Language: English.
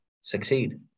succeed